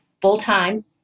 full-time